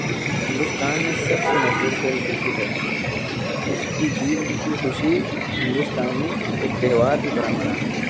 ہندوستان میں سب سے مشہور کھیل کرکٹ ہے اس کی جیت کی خوشی ہندوستانی ایک تہوار کی طرح مناتے ہیں